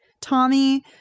Tommy